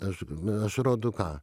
aš aš rodu ką